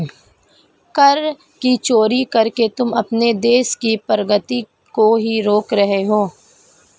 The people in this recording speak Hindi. कर की चोरी करके तुम अपने देश की प्रगती को ही रोक रहे हो